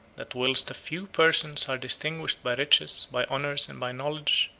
that whilst a few persons are distinguished by riches, by honors, and by knowledge,